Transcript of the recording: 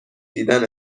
دیدن